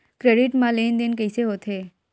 Credit मा लेन देन कइसे होथे?